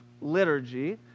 liturgy